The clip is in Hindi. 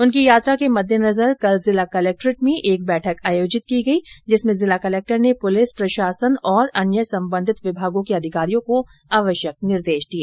उनकी यात्रा के मद्देनजर कल जिला कलेक्ट्रेट में एक बैठक आयोजित की गई जिसमें जिला कलेक्टर ने पुलिस प्रशासन और अन्य सम्बंधित विभागों के अधिकारियों को आवश्यक निर्देश दिये